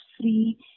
free